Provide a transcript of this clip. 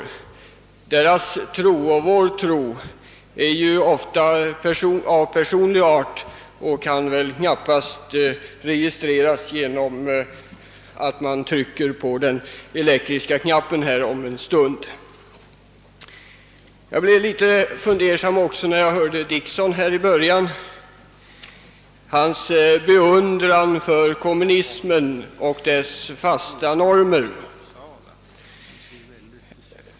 Reservanternas tro och vår tro är ju i stor utsträckning av personlig art och kan väl knappast registreras genom att man trycker på den elektriska knappen här om en stund, Jag blev också litet fundersam när jag hörde herr Dickson i början tala om sin beundran för kommunismen och dess fasta normer.